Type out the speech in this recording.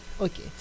okay